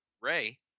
Ray